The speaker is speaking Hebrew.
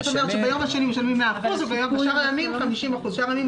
ביום השני משלמים 100 אחוזים ובשאר הימים 50 אחוזים.